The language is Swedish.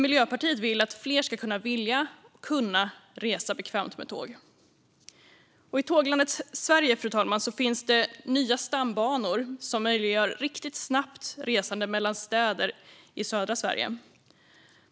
Miljöpartiet vill nämligen att fler ska vilja och kunna resa bekvämt med tåg. Fru talman! I tåglandet Sverige finns det nya stambanor som möjliggör ett riktigt snabbt resande mellan städer i södra Sverige.